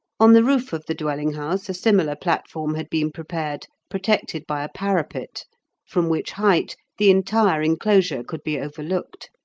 on the roof of the dwelling-house a similar platform had been prepared, protected by a parapet from which height the entire enclosure could be overlooked.